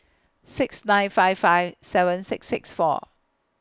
six nine five five seven six six four